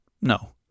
No